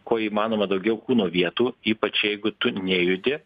kuo įmanoma daugiau kūno vietų ypač jeigu tu nejudi